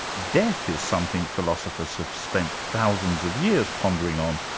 death is something philosophers have spent thousands of years pondering on,